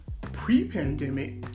Pre-pandemic